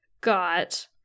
got